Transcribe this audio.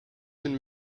been